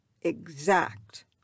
exact